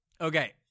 Okay